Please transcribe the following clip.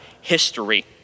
history